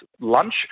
lunch